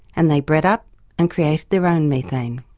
and they bred up and created their own methane.